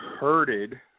herded